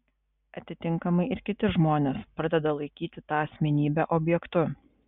atitinkamai ir kiti žmonės pradeda laikyti tą asmenybę objektu